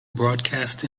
broadcast